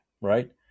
right